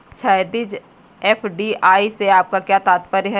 क्षैतिज, एफ.डी.आई से आपका क्या तात्पर्य है?